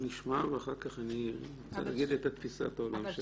נשמע ואחר כך אני רוצה להגיד את תפיסת העולם שלנו.